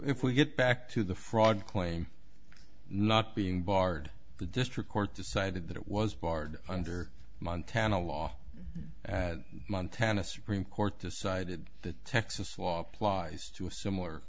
if we get back to the fraud claim not being barred the district court decided that it was barred under montana law montana supreme court decided the texas law applies to a similar